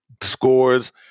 scores